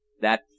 That